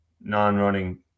non-running